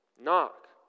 Knock